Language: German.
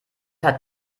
hat